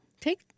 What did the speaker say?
Take